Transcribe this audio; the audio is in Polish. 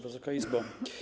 Wysoka Izbo!